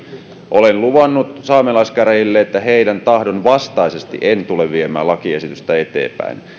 olen luvannut saamelaiskäräjille että heidän tahtonsa vastaisesti en tule viemään lakiesitystä eteenpäin